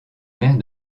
maire